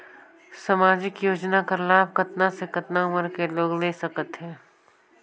समाजिक योजना कर लाभ कतना से कतना उमर कर लोग ले सकथे?